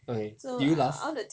okay did you laugh